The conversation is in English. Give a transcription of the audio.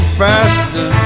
faster